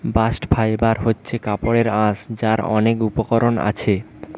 bast fibre হচ্ছে কাপড়ের আঁশ যার অনেক উপকরণ আছে